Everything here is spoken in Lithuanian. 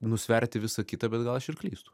nusverti visą kitą bet gal aš ir klystu